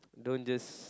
don't just